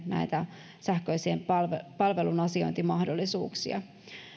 näitä sähköisiä palveluasiointimahdollisuuksia